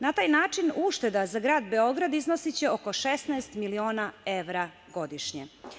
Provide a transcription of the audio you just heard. Na taj način ušteda za grad Beograd iznosiće oko 16.000.000 evra godišnje.